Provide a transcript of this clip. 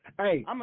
Hey